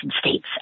States